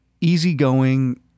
easygoing